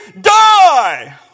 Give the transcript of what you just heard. die